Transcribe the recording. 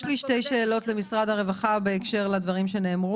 יש לי שתי שאלות למשרד הרווחה: אחת,